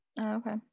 Okay